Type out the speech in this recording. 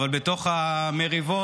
אבל בתוך המריבות